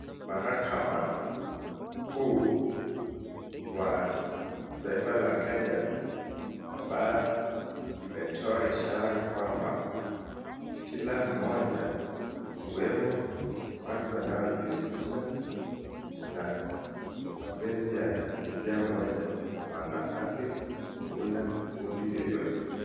Mahakama kuu wa taifa la Kenya ambao imetoa ishara kwamba kila moja ikiwemo watu wanajiusisha na mapenzi ya jinzia moja wana aki wa kuunda kundi yoyote.